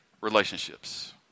relationships